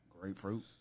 Grapefruit